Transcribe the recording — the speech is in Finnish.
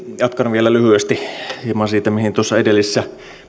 jatkan vielä lyhyesti hieman siitä mihin tuossa edellisessä